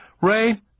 Ray